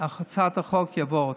שהצעת החוק תעבור.